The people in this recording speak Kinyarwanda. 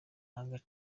agace